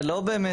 זה לא באמת.